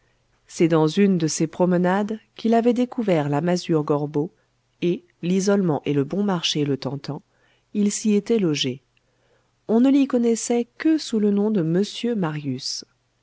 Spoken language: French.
c'est dans une de ses promenades qu'il avait découvert la masure gorbeau et l'isolement et le bon marché le tentant il s'y était logé on ne l'y connaissait que sous le nom de monsieur marius